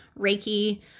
Reiki